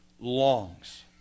longs